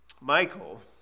Michael